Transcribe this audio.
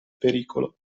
pericolo